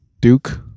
Duke